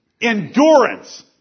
endurance